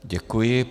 Děkuji.